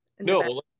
No